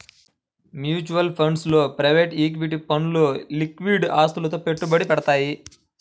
mutual funds లో private equity ఫండ్లు liquid ఆస్తులలో పెట్టుబడి పెడతయ్యి